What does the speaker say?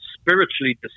spiritually